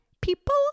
people